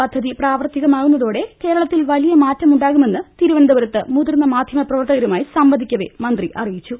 പദ്ധതി പ്രാവർത്തികമാകുന്നതോടെ കേരളത്തിൽ വലിയ മാറ്റമുണ്ടാകു മെന്ന് തിരുവനന്തപുരത്ത് മുതിർന്ന മാധ്യമപ്രവർത്തകരുമായി സംവ ദിക്കവേ മന്ത്രി അറിയിച്ചു